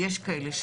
ויש כאלה,